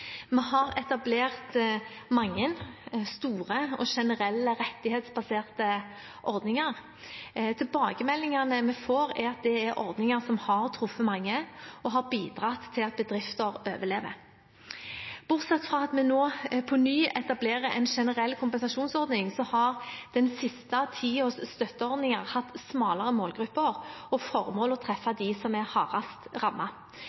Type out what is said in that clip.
Vi har etablert mange store og generelle rettighetsbaserte ordninger. Tilbakemeldingene vi får, er at dette er ordninger som har truffet mange og bidratt til at bedrifter overlever. Bortsett fra at vi nå på ny etablerer en generell kompensasjonsordning, har den siste tidens støtteordninger hatt smalere målgrupper og formål for å